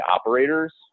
operators